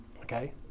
Okay